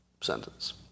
sentence